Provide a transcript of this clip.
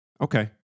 Okay